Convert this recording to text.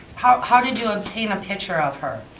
how how did you obtain a picture of her?